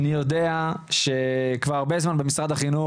אני יודע שכבר הרבה זמן במשרד החינוך